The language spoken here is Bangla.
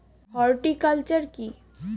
হর্টিকালচার কি?